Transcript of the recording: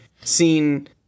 seen